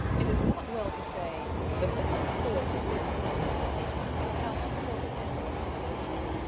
it is not well to say the fact affords a reasonable presumption the house afforded ample accommodation.